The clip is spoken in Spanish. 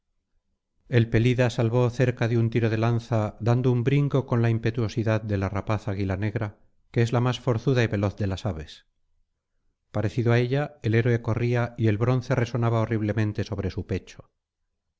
el pelida salvó cerca de un tiro de lanza dando un brinco con la impetuosidad de la rapaz águila negra que es la más forzuda y veloz de las aves parecido á ella el héroe corría y el bronce resonaba horriblemente sobre su pecho